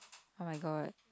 oh-my-god